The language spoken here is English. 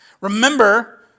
remember